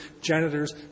janitors